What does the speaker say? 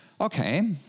Okay